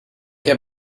heb